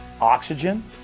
Oxygen